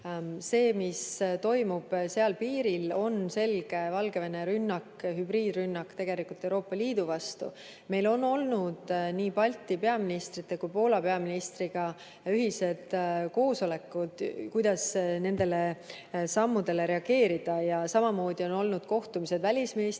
See, mis toimub seal piiril, on selge Valgevene rünnak, hübriidrünnak, tegelikult Euroopa Liidu vastu. Meil on olnud nii Balti peaministrite kui ka Poola peaministriga ühised koosolekud, kuidas nendele sammudele reageerida, ja samamoodi on olnud kohtumised välisministrite